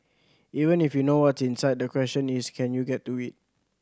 even if you know what's inside the question is can you get to it